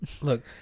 Look